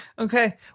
Okay